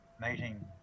meeting